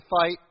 fight